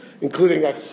including